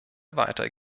weiter